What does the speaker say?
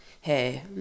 hey